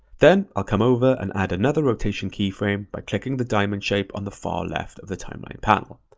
then i'll come over and add another rotation keyframe by clicking the diamond shape on the far left of the timeline panel.